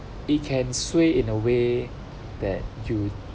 it can sway in a way that you